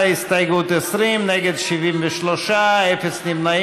ההסתייגות של קבוצת סיעת מרצ וחבר הכנסת דב חנין לפני סעיף 1 לא נתקבלה.